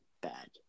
bad